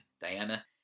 Diana